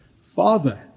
Father